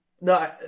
No